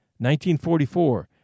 1944